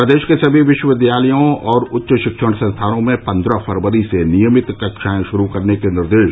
प्रदेश के सभी विश्वविद्यालयों और उच्च शिक्षण संस्थानों में पन्द्रह फरवरी से नियमित कक्षाएं शुरू करने के निर्देश